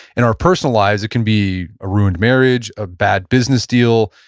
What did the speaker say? in our personal lives, it can be a ruined marriage, a bad business deal,